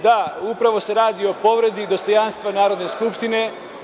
Da, upravo se radi o povredi dostojanstva Narodne skupštine…